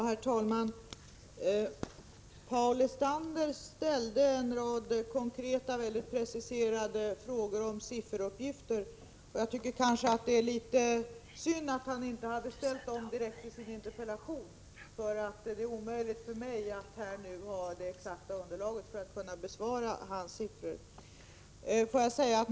Herr talman! Paul Lestander ställde en rad konkreta, väldigt preciserade frågor om sifferuppgifter. Jag tycker nog att det är litet synd att han inte ställde dem direkt i sin interpellation. Det är nämligen omöjligt för mig att nu ha ett exakt underlag, så att jag kan besvara hans frågor.